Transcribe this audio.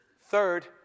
Third